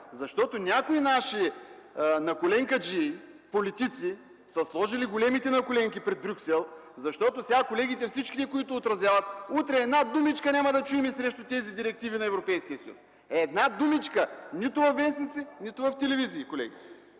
защото някои наши наколенкаджии – политици са сложили големите наколенки пред Брюксел. Сега от всичките колеги, които го отразяват, утре една думичка няма да чуем срещу тези директиви на Европейския съюз! Една думичка – нито във вестници, нито в телевизии, колеги!